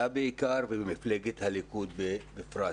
מהממשלה וממפלגת הליכוד בפרט.